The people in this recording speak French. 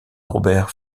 robert